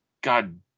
God